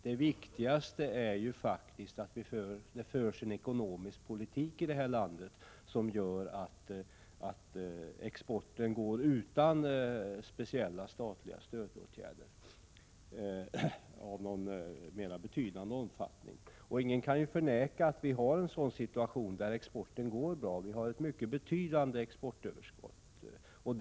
Det viktigaste är ju att det i landet förs en ekonomisk politik, som gör att exporten fungerar utan statliga stödåtgärder av någon mera betydande omfattning. Ingen kan förneka att exporten nu går bra. Vi har ett mycket betydande exportöverskott.